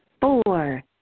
four